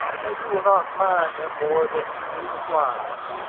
that you will not mind them more than you do the flies,